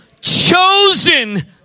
chosen